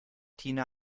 tina